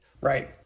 Right